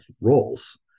roles